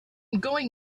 going